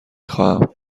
خواهم